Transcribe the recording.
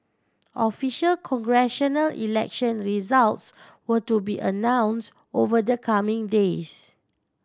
official congressional election results were to be announce over the coming days